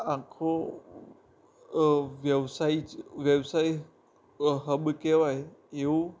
આખો વ્યવસાય જ વ્યવસાય હબ કહેવાય એવું